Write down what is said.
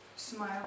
Smile